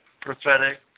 prophetic